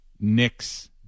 Knicks